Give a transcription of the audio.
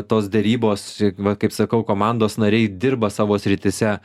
tos derybos va kaip sakau komandos nariai dirba savo srityse